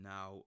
Now